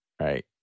right